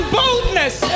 boldness